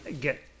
get